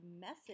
message